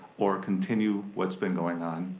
or continue what's been going on,